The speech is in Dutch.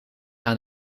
aan